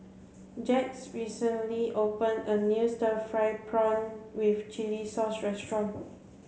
Jax recently open a new stir fried prawn with chili sauce restaurant